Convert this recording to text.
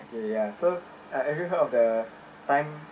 okay ya so uh have you heard of the time